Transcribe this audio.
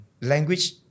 Language